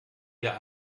wir